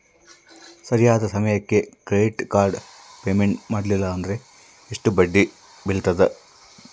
ಸರಿಯಾದ ಸಮಯಕ್ಕೆ credit card payment ಮಾಡಲಿಲ್ಲ ಅಂದ್ರೆ ಎಷ್ಟು ಬಡ್ಡಿ ಬೇಳ್ತದ?